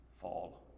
fall